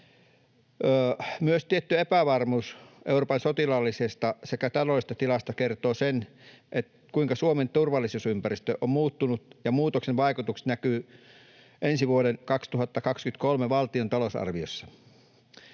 Myös tietty epävarmuus Euroopan sotilaallisesta sekä taloudellisesta tilasta kertoo sen, kuinka Suomen turvallisuusympäristö on muuttunut, ja muutoksen vaikutukset näkyvät ensi vuoden 2023 valtion talousarviossa.